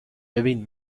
ببین